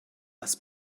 das